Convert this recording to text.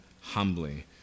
humbly